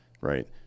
Right